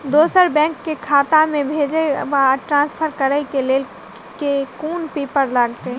दोसर बैंक केँ खाता मे भेजय वा ट्रान्सफर करै केँ लेल केँ कुन पेपर लागतै?